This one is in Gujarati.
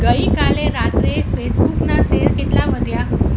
ગઇકાલે રાત્રે ફેસબૂકના સેર કેટલા વધ્યા